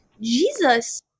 Jesus